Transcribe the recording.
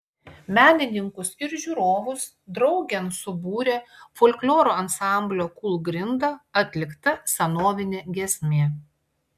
menininkus ir žiūrovus draugėn subūrė folkloro ansamblio kūlgrinda atlikta senovinė giesmė